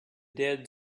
dead